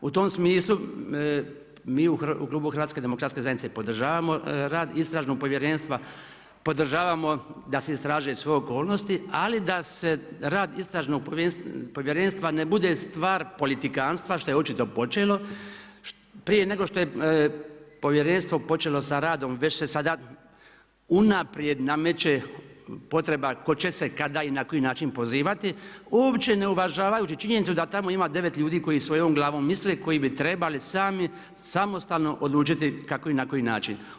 U tom smislu mi u klubu HDZ-a podržavamo rad istražnog povjerenstva, podržavamo da se istraže sve okolnosti, ali da se rad istražnog povjerenstva ne bude stvar politikantstva, što je očito počelo, prije nego što je počelo sa radom već se sada unaprijed nameće potrebe tko će se kada i na koji način pozivati, uopće ne uvažavajući činjenicu da tamo ima devet ljudi koji svojom glavom misle i koji bi trebali sami samostalno odlučiti kako i na koji način.